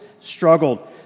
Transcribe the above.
struggled